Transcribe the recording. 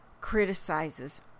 criticizes